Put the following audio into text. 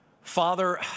Father